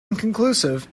inconclusive